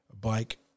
Bike